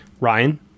Ryan